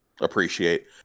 appreciate